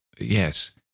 Yes